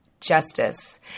justice